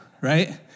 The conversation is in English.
right